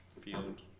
field